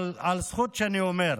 על זכות שאני אומר.